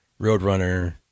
Roadrunner